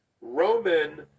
roman